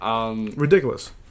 Ridiculous